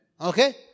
Okay